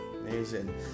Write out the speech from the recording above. Amazing